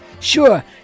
Sure